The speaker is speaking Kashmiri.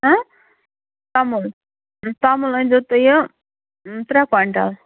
تَمُل تَمُل أنزیو تُہۍ یہِ ترٛےٚ کۄینٛٹَل